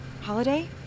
Holiday